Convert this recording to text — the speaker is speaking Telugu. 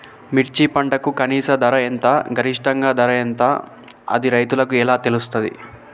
మిర్చి పంటకు కనీస ధర ఎంత గరిష్టంగా ధర ఎంత అది రైతులకు ఎలా తెలుస్తది?